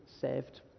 saved